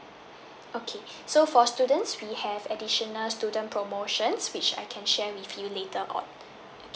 okay so for students we have additional student promotions which I can share with you later on